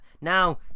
Now